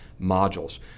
modules